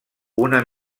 una